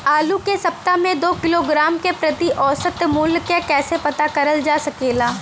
आलू के सप्ताह में दो किलोग्राम क प्रति औसत मूल्य क कैसे पता करल जा सकेला?